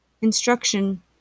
instruction